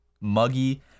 muggy